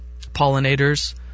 pollinators